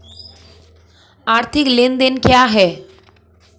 आर्थिक लेनदेन क्या है?